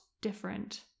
different